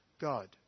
God